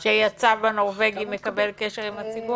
טובות בישראל שאם הממשלה לא מקבלת את אמון